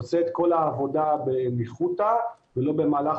עושה את כל העבודה בניחותא ולא במהלך